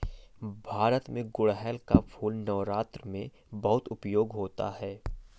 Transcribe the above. भारत में गुड़हल का फूल नवरात्र में बहुत उपयोग होता है